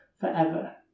forever